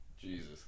Jesus